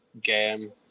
game